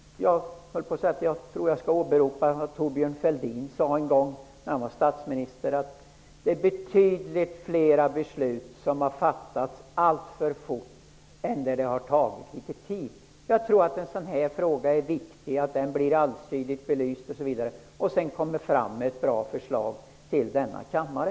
Jag skulle kunna åberopa vad Thorbjörn Fälldin sade en gång då han var statsminister: Det är betydligt fler beslut som har fattats alltför fort än sådana som har tagit litet tid. Jag tror att det är viktigt att en sådan här fråga blir allsidigt belyst och att ett bra förslag sedan läggs fram i denna kammare.